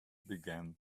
began